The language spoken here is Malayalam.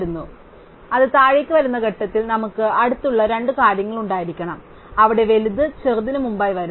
അതിനാൽ അത് താഴേക്ക് വരുന്ന ഘട്ടത്തിൽ നമുക്ക് അടുത്തുള്ള രണ്ട് കാര്യങ്ങൾ ഉണ്ടായിരിക്കണം അവിടെ വലുത് ചെറുതിന് മുമ്പായി വരുന്നു